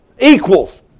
Equals